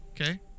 Okay